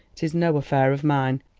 it is no affair of mine.